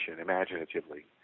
imaginatively